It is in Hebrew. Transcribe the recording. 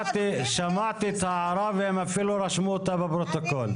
שמעתי את ההערה והיא אפילו נרשמה בפרוטוקול.